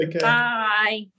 Bye